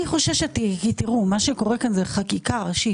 מה שקורה כאן זאת חקיקה ראשית.